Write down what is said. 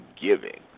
giving